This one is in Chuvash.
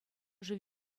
шыв